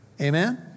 Amen